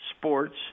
sports